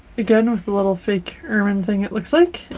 again with a little fake ermine thing it looks like.